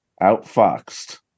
Outfoxed